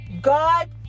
God